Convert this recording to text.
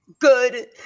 Good